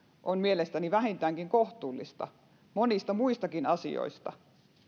on mielestäni vähintäänkin kohtuullista monista muistakin asioista